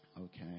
okay